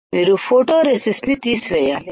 మీరు photoresist నితీసివేయాలి